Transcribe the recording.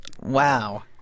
Wow